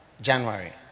January